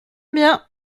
bien